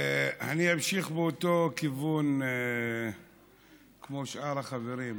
אני אמשיך באותו כיוון כמו שאר החברים.